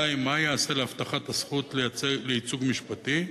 2. מה ייעשה להבטחת הזכות לייצוג משפטי?